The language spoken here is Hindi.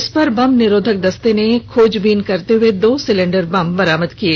इस पर बम निरोधक दस्ते ने खोज करते हुए दो सिलेंडर बम बरामद किये